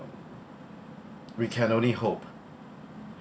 we can only hope